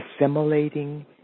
assimilating